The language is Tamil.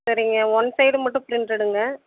சரிங்க ஓன்சைடு மட்டும் ப்ரிண்ட் எடுங்கள்